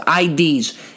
IDs